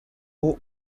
who